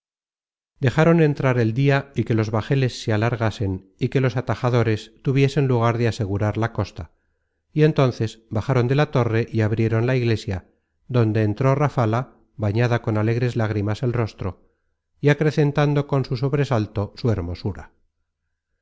dejaron entrar el dia y que los bajeles se alargasen y que los atajadores tuviesen lugar de asegurar la costa y entonces bajaron de la torre y abrieron la iglesia donde entró rafala bañada con alegres lágrimas el rostro y acrecentando con su sobresalto su hermosura